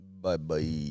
Bye-bye